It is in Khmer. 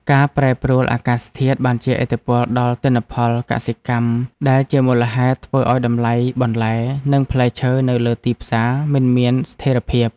ការប្រែប្រួលអាកាសធាតុបានជះឥទ្ធិពលដល់ទិន្នផលកសិកម្មដែលជាមូលហេតុធ្វើឱ្យតម្លៃបន្លែ និងផ្លែឈើនៅលើទីផ្សារមិនមានស្ថិរភាព។